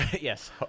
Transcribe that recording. Yes